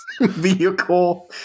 vehicle